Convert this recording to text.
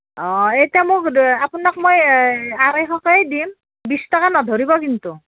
অঁ এতিয়া মোক দ আপোনাক মই আঢ়ৈশকৈয়ে দিম বিশ টকা নধৰিব কিন্তু